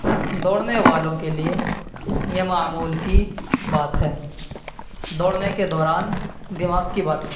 دوڑنے والوں کے لیے یہ معمول کی بات ہے دوڑنے کے دوران دماغ کی باتیں